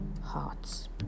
hearts